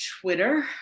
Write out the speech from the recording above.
Twitter